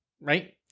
Right